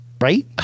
right